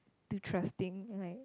too trusting ilke